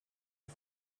sie